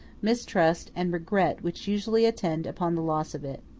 mistrust, and regret which usually attend upon the loss of it.